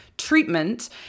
treatment